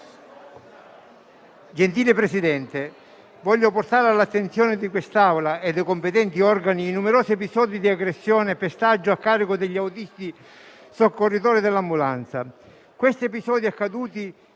Gentile Presidente, voglio portare all'attenzione di quest'Assemblea e dei competenti organi i numerosi episodi di aggressione e pestaggio a carico degli autisti soccorritori dell'ambulanza. Questi sono gli episodi accaduti